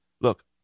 Look